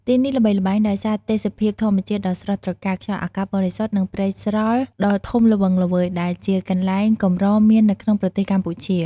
ទីនេះល្បីល្បាញដោយសារទេសភាពធម្មជាតិដ៏ស្រស់ត្រកាល ខ្យល់អាកាសបរិសុទ្ធ និងព្រៃស្រល់ដ៏ធំល្វឹងល្វើយ ដែលជាកន្លែងកម្រមាននៅក្នុងប្រទេសកម្ពុជា។